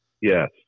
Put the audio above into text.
yes